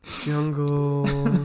Jungle